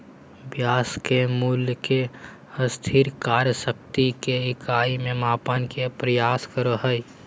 ब्याज के मूल्य के स्थिर क्रय शक्ति के इकाई में मापय के प्रयास करो हइ